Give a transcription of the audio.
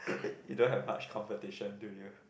you don't have much competition do you